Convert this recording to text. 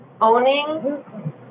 owning